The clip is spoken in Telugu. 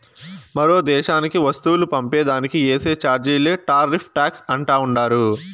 మరో దేశానికి వస్తువులు పంపే దానికి ఏసే చార్జీలే టార్రిఫ్ టాక్స్ అంటా ఉండారు